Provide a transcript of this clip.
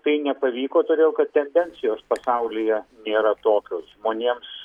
tai nepavyko todėl kad tendencijos pasaulyje nėra tokios žmonėms